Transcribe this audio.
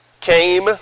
came